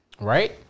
Right